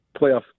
playoff